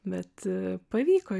bet pavyko